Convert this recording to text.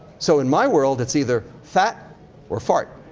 so, in my world, it's either fat or fart.